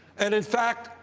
and in fact,